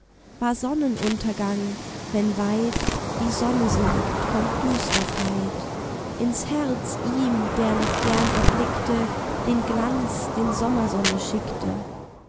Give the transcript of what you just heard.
war sonnenuntergang wenn weit die sonne sinkt kommt düsterkeit ins herz ihm der noch gern erblickte den glanz den sommersonne schickte